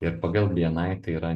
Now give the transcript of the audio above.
ir pagal bni tai yra